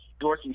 dorky